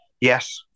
Yes